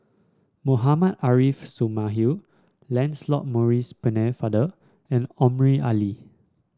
Mohammad Arif Suhaimi Lancelot Maurice Pennefather and Omar Ali